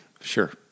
Sure